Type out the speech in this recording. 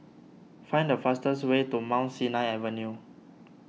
find the fastest way to Mount Sinai Avenue